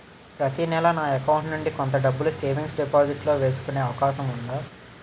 ప్రతి నెల నా అకౌంట్ నుండి కొంత డబ్బులు సేవింగ్స్ డెపోసిట్ లో వేసుకునే అవకాశం ఉందా?